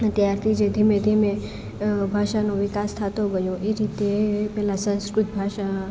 ત્યારથી જે ધીમે ધીમે ભાષાનો વિકાસ થતો ગયો એ રીતે પહેલા સંસ્કૃત ભાષા